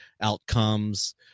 outcomes